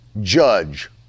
judge